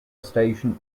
station